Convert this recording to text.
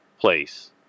place